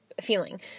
feeling